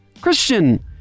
Christian